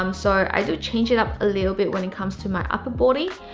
um so i do change it up a little bit when it comes to my upper body.